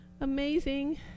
amazing